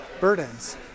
burdens